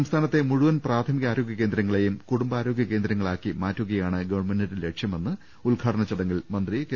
സംസ്ഥാനത്തെ മുഴുവൻ പ്രാഥമികാരോഗൃ കേന്ദ്രങ്ങളേയും കുടുംബാരോഗൃ കേന്ദ്രങ്ങളാക്കി മാറ്റുകയാണ് ഗവൺമെന്റിന്റെ ലക്ഷ്യമെന്ന് ഉദ്ഘാടന ചടങ്ങിൽ മന്ത്രി കെ